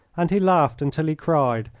and he laughed until he cried,